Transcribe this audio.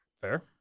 Fair